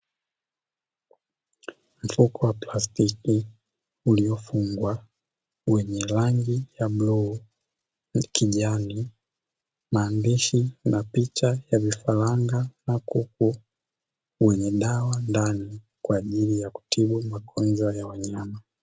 Mfuko wa plastiki uliofungwa wenye rangi ya bluu na kijani, maandishi na picha ya vifaranga na kuku, wenye dawa ndani kwa ajili ya kutibu magonjwa ya wanyama.